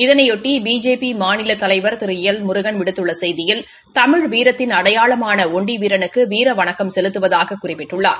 இதனையொட்டி பிஜேபி மாநில தலைவர் திரு எல் முருகன் விடுத்துள்ள செய்தியில் தமிழ் வீரத்தின் அடையாளமான ஒண்டிவீரனுக்கு வீரவணக்கம் செலுத்துவதாகக் குறிப்பிட்டுள்ளார்